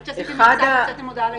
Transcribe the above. רק כשעשיתם משהו הוצאתם הודעה לעיתונות.